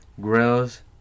grills